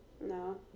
No